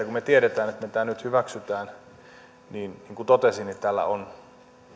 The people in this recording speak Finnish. kun me tiedämme että me tämän nyt hyväksymme on se että tällä on